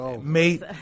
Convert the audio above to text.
mate